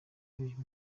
uyu